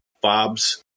Bob's